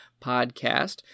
podcast